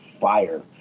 fire